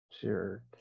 Sure